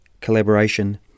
collaboration